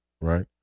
right